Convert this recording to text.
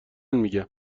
میگم